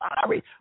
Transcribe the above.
sorry